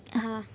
હા